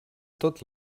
tot